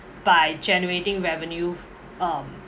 by generating revenue um